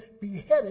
beheaded